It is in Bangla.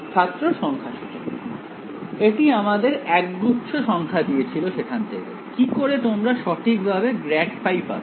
ছাত্র সংখ্যাসূচক এটি আমাদের একগুচ্ছ সংখ্যা দিয়েছিল সেখান থেকে কি করে তোমরা সঠিক ভাবে গ্রাড ফাই পাবে